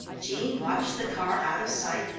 jean watched the car out of sight,